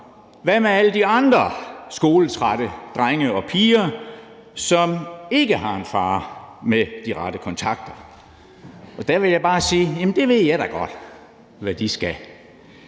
Hvad med alle de andre skoletrætte drenge og piger, som ikke har en far med de rette kontakter? Og der vil jeg bare sige: Jamen jeg ved da godt, hvad de skal;